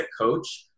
coach